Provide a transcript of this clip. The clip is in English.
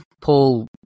Paul